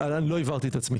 לא הבהרתי את עצמי,